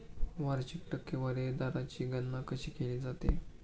वार्षिक टक्केवारी दराची गणना कशी केली जाते?